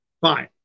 Fine